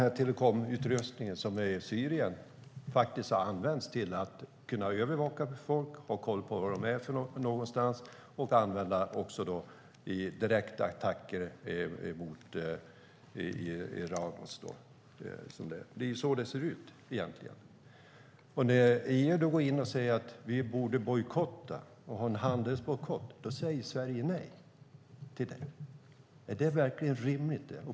Men den telekomutrustning som finns i Syrien har faktiskt använts till att övervaka befolkningen och ha koll på var de är samt i direkta attacker. Det gäller systemet Ranos. Det är så det ser ut egentligen. När EU säger att vi borde ha en handelsbojkott säger Sverige nej. Är det verkligen rimligt?